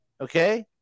okay